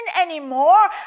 anymore